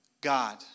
God